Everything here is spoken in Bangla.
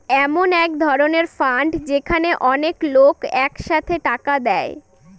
এমন এক ধরনের ফান্ড যেখানে অনেক লোক এক সাথে টাকা দেয়